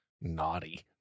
naughty